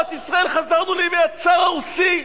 חזרנו לימי הצאר הרוסי?